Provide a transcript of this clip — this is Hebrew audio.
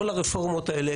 כל הרפורמות האלה,